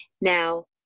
Now